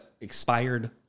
expired